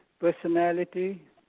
personality